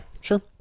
Sure